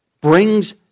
Brings